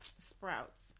Sprouts